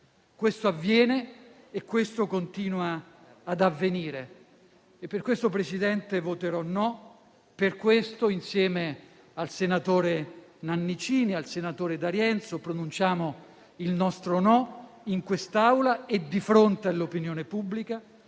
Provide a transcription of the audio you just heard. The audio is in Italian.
Questo avviene e questo continua ad avvenire. Per questo, Presidente, voterò no. Per questo, insieme al senatore Nannicini e al senatore D'Arienzo, pronunciamo il nostro no in quest'Aula e di fronte all'opinione pubblica,